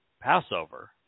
Passover